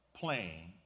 playing